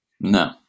No